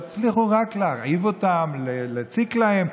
תצליחו רק להרעיב אותם, להציק להם.